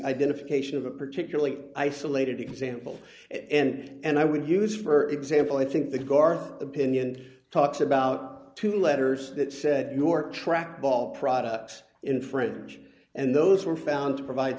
identification of a particularly isolated example and i would use for example i think the guard opinion talks about two letters that said your trackball products in french and those were found to provide